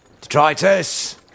Detritus